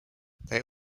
they